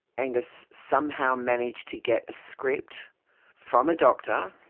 angus somehow managed to get a script from a doctor